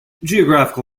geographical